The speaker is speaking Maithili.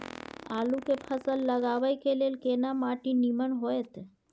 आलू के फसल लगाबय के लेल केना माटी नीमन होयत?